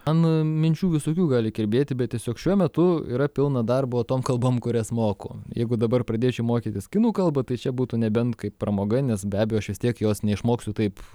man minčių visokių gali kirbėti bet tiesiog šiuo metu yra pilna darbo tom kalbom kurias moku jeigu dabar pradėčiau mokytis kinų kalbą tai čia būtų nebent kaip pramoga nes be abejo aš jos tiek jos neišmoksiu taip